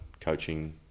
coaching